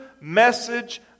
message